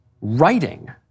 Writing